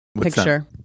picture